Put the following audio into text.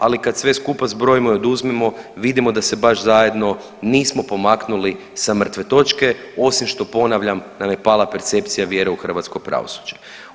Ali kada sve skupa zbrojimo i oduzmemo vidimo da se baš zajedno nismo pomaknuli sa mrtve točke osim što ponavljam da nam je pala percepcija vjere u hrvatsko pravosuđe.